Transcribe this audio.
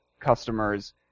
customers